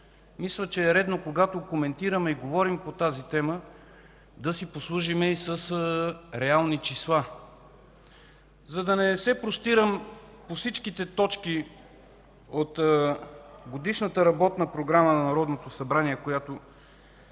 мисля, че е редно когато говорим и коментираме по тази тема, да си послужим и с реални числа. За да не се простирам по всичките точки от Годишната работна програма на Народното събрание, която